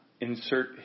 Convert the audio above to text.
insert